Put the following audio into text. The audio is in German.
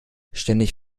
ständig